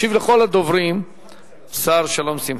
ישיב לכל הדוברים השר שלום שמחון.